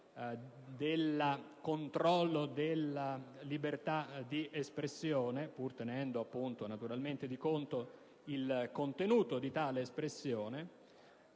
del controllo della libertà di espressione, pur tenendo naturalmente conto del contenuto di tale espressione.